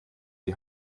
die